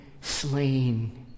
slain